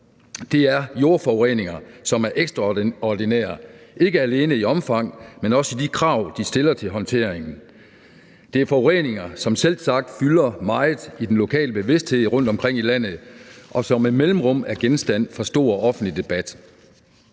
er jordforureninger, som er ekstraordinære – ikke alene i omfang, men også ved de krav, de stiller til håndteringen. Det er forureninger, som selvsagt fylder meget i den lokale bevidsthed rundtomkring i landet, og som med mellemrum er genstand for stor offentlig debat.